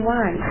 one